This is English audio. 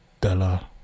Della